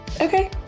okay